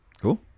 Cool